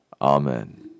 Amen